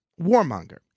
warmonger